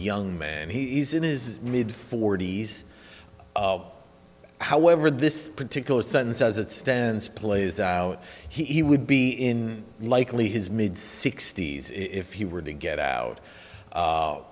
young man he's in his mid forty's however this particular sentence as it stands plays out he would be in likely his mid sixty's if he were to get out